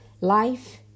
Life